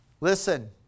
Listen